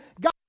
God